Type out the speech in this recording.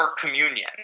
communion